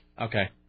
okay